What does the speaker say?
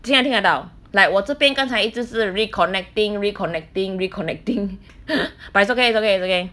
现在听得到 like 我这边刚才一直是 reconnecting reconnecting reconnecting but it's okay okay okay